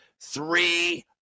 Three